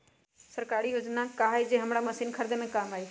सरकारी योजना हई का कोइ जे से हमरा मशीन खरीदे में काम आई?